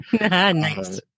Nice